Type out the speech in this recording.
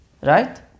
right